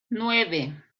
nueve